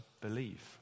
believe